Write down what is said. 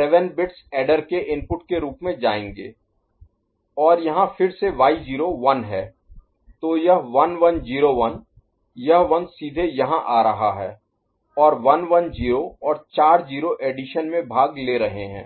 7 bits adder के input के रूप में जायेंगे और यहाँ फिर से y0 1 है तो यह 1101 यह 1 सीधे यहाँ आ रहा है और 110 और चार 0 एडिशन में भाग ले रहे हैं